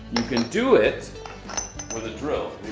you can do it with a drill.